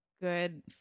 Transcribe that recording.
good